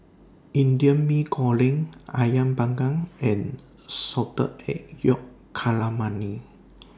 Indian Mee Goreng Ayam Panggang and Salted Egg Yolk Calamari